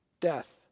death